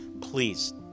Please